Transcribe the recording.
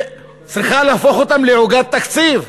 וצריכים להפוך אותם לעוגת תקציב.